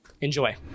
Enjoy